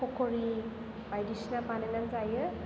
पक'रि बायदिसिना बानायनानै जायो